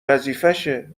وظیفشه